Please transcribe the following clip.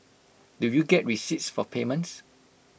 do you get receipts for payments